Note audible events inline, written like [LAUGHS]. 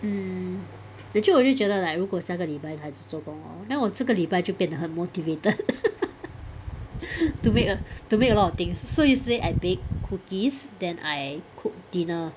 mm 可是我就觉得 like 如果下个礼拜开始做工 hor then 我这个礼拜就变得很 motivated [LAUGHS] to make a to make a lot of things so yesterday I baked cookies then I cooked dinner